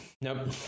Nope